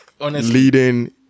leading